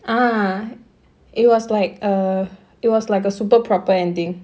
ah it was like err it was like a super proper ending